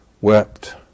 wept